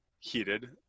heated